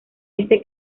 este